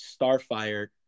Starfire